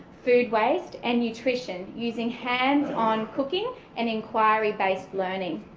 food waste and nutrition using hands on cooking and enquiry-based learning.